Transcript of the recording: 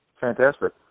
Fantastic